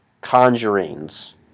Conjurings